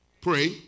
Pray